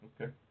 Okay